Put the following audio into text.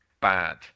bad